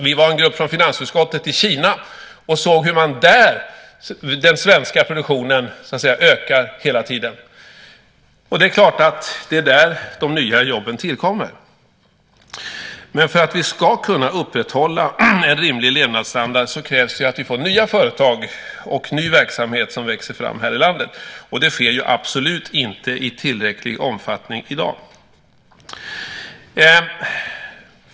Vi var en grupp från finansutskottet i Kina och såg hur den svenska produktionen där hela tiden ökar. Det är klart att det är där de nya jobben tillkommer. För att vi ska kunna upprätthålla en rimlig levnadsstandard krävs att vi får nya företag och ny verksamhet här i landet. Det sker absolut inte i tillräcklig omfattning i dag.